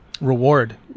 reward